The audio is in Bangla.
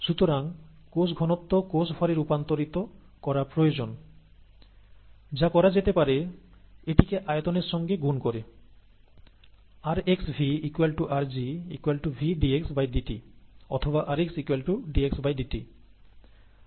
সুতরাং কোষ ঘনত্ব কোষ ভরে রূপান্তর করা প্রয়োজন যা করা যেতে পারে এটিকে আয়তনের সঙ্গে গুন করে rxV rg V dxdt অথবা rx dxdt